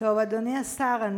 אדוני השר,